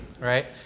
right